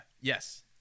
Yes